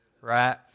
right